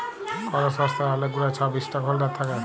call সংস্থার অলেক গুলা ছব ইস্টক হল্ডার থ্যাকে